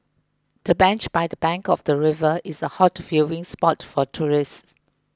the bench by the bank of the river is a hot viewing spot for tourists